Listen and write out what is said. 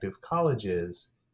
colleges